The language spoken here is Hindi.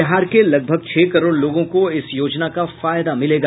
बिहार के लगभग छह करोड़ लोगों को इस योजना का फायदा मिलेगा